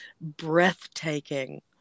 breathtaking